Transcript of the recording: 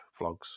vlogs